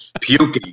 puking